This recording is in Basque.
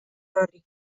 horri